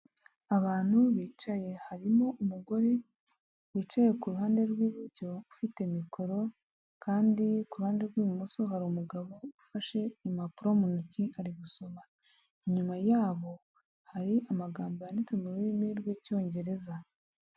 Abantu bicaye, harimo umugore wicaye ku ruhande rw'iburyo ufite mikoro kandi ku ruhande rw'ibumoso hari umugabo ufashe impapuro mu ntoki ari gusoma, inyuma yabo hari amagambo yanditse mu rurimi rw'icyongereza.